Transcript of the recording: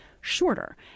shorter